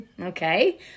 Okay